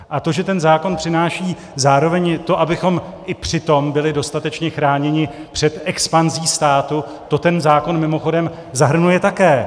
A to, že ten zákon přináší zároveň to, abychom i při tom byli dostatečně chráněni před expanzí státu, to ten zákon mimochodem zahrnuje také;